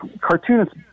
cartoonists